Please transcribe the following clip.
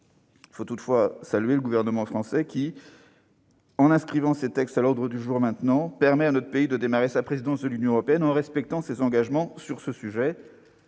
Il faut toutefois saluer le gouvernement français qui, en inscrivant ces textes à l'ordre du jour aujourd'hui, permet à notre pays de démarrer sa présidence du Conseil de l'Union européenne en respectant ses engagements. Seuls